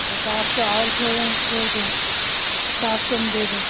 ایک آدھ سو اور چھو چھوڑ دو سات سو میں دے دو